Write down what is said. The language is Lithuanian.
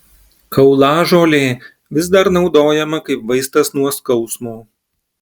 kaulažolė vis dar naudojama kaip vaistas nuo skausmo